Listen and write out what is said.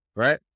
Right